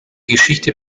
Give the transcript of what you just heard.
geschichte